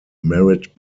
merit